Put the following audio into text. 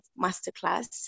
masterclass